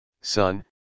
son